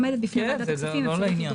עומדת בפני ועדת הכספים אפשרות לדרוש